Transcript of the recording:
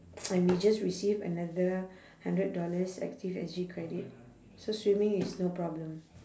and we just receive another hundred dollars active S_G credit so swimming is no problem